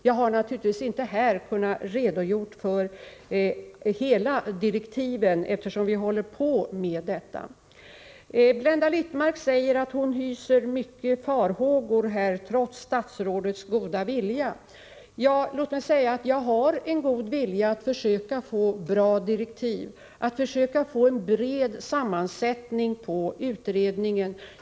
Jag har naturligtvis inte kunnat redogöra för hela innehållet i direktiven, eftersom vi håller på med detta arbete. Blenda Littmarck säger att hon hyser starka farhågor trots statsrådets goda vilja. Låt mig säga att jag har en god vilja att försöka få bra direktiv, att försöka få en bred sammansättning på utredningen.